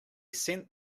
sent